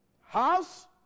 house